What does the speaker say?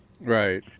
Right